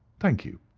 thank you!